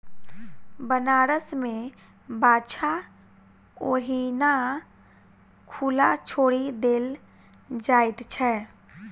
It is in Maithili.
बनारस मे बाछा ओहिना खुला छोड़ि देल जाइत छै